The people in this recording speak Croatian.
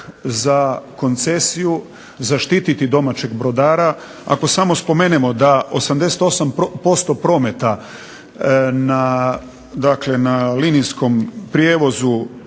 za koncesiju, zaštititi domaćeg brodara, ako samo spomenemo da 88% prometa na, dakle na linijskom prijevozu